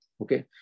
Okay